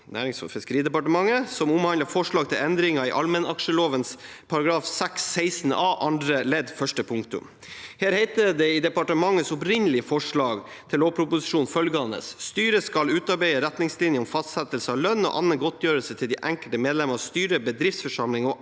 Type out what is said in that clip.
Nærings- og fiskeridepartementet som omhandler forslag til endringer i allmennaksjeloven § 6-16 a andre ledd første punktum. Det heter følgende i departementets opprinnelige forslag til lovproposisjon: «Styret skal utarbeide retningslinjer om fastsettelse av lønn og annen godtgjørelse til de enkelte medlemmene av styret, bedriftsforsamlingen og